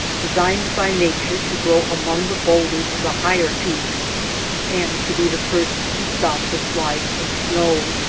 designed by nature to grow among the bowlders of the higher peaks and to be the first to stop the slides of snow.